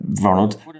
Ronald